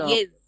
Yes